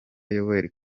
yoweli